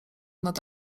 nad